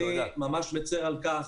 אני ממש מצר על כך.